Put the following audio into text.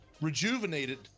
rejuvenated